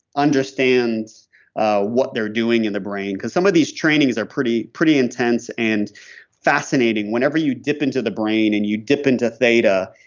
understand what they're doing in the brain. because some of these trainings are pretty pretty intense and fascinating whenever you dip into the brain and you dip into theta.